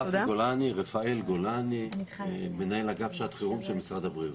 מנהל אגף שעת חירום במשרד הבריאות.